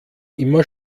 immer